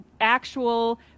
actual